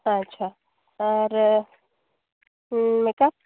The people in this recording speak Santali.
ᱟᱪᱪᱷᱟ ᱟᱨ ᱢᱮᱠᱟᱯ